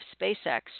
SpaceX